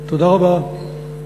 תודה רבה.